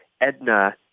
Edna